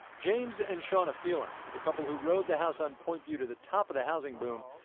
james and shawna phelan, the couple who rode the house on point view to the top of the housing boom,